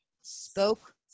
spoke